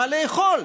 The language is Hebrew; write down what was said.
מה לאכול?